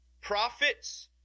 prophets